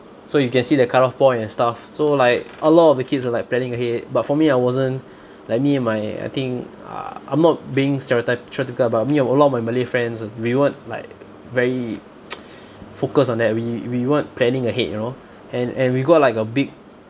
so you can see the cutoff point and stuff so like a lot of the kids are like planning ahead but for me I wasn't like me and my I think uh I'm not being stereotypical but me and a lot of my malay friends uh we weren't like very focused on that we we weren't planning ahead you know and and we got like a big